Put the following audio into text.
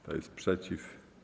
Kto jest przeciw?